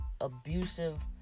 abusive